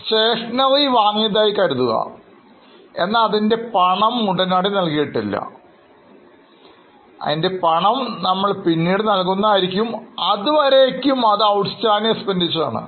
Stationery വാങ്ങിയതായി കരുതുക എന്നാൽ അതിൻറെ പണം ഉടനടി നൽകിയിട്ടില്ല ഇതിൻറെ പണം നമ്മൾ പിന്നീട് നൽകുന്നതായിരിക്കും അതുവരേയ്ക്കും ഇതു Outstanding expense ആണ്